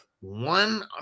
One